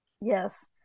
Yes